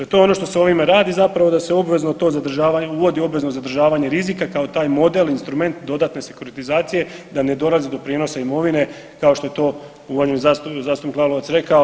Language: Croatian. E to je ono što se ovime radi, zapravo da se obvezno to zadržavanje uvodi obvezno zadržavanje rizika kao taj model, instrument dodatne sekuritizacije, da ne dolazi do prijenosa imovine kao što je to uvaženi zastupnik Lalovac rekao.